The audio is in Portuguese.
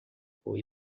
boa